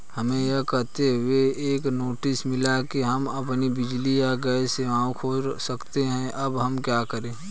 हमें यह कहते हुए एक नोटिस मिला कि हम अपनी बिजली या गैस सेवा खो सकते हैं अब हम क्या करें?